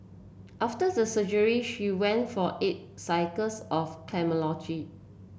after the surgery she went for eight cycles of